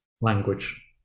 language